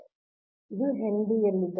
ಆದ್ದರಿಂದ ಇದು ಹೆನ್ರಿಯಲ್ಲಿದೆ